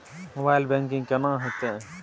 Mobile banking केना हेते?